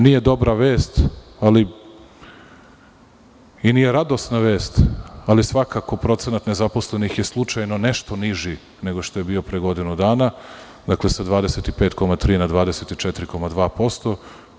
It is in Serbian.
Nije dobra vest i nije radosna vest, ali svakako procenat nezaposlenih je slučajno nešto niži nego što je bio pre godinu dana, sa 25,3% na 24,2%